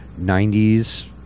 90s